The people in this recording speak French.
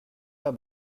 pas